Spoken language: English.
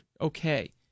okay